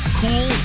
cool